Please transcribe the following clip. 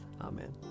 Amen